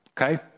Okay